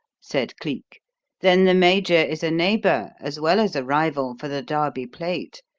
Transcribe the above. said cleek then the major is a neighbour as well as a rival for the derby plate.